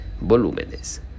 volúmenes